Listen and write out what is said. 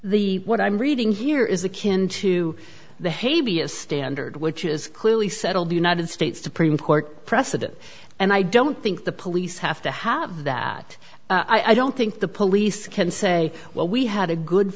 the what i'm reading here is akin to the hevia standard which is clearly settled the united states supreme court precedent and i don't think the police have to have that i don't think the police can say well we had a good